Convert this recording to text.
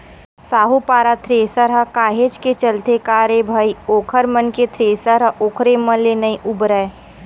साहूपारा थेरेसर ह काहेच के चलथे का रे भई ओखर मन के थेरेसर ह ओखरे मन ले नइ उबरय